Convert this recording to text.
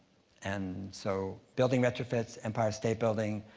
and so, building retrofits. empire state building.